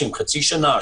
חצי שנה,